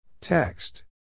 Text